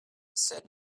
said